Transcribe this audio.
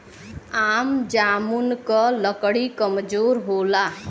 आम जामुन क लकड़ी कमजोर होला